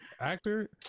actor